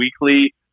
weekly